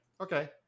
okay